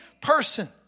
person